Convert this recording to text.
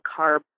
carb